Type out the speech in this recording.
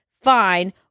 Fine